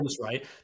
right